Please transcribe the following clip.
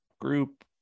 group